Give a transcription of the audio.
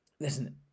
listen